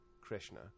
Krishna